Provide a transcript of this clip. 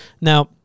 Now